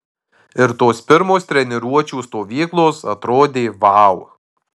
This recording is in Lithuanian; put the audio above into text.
ir tos pirmos treniruočių stovyklos atrodė vau